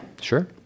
Sure